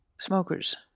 smokers